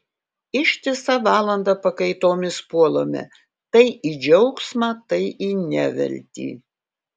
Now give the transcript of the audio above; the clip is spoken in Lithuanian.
ištisą valandą pakaitomis puolame tai į džiaugsmą tai į neviltį